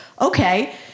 okay